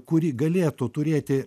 kuri galėtų turėti